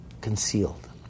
concealed